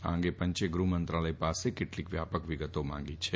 આ અંગે પંચે ગૃહ મંત્રાલય પાસે કેટલીક વ્યાપક વિગતો માંગી છે